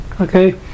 Okay